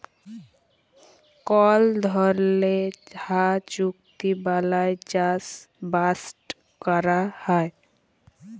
call ধরলের হাঁ চুক্তি বালায় চাষবাসট ক্যরা হ্যয়